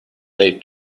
they